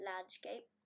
landscape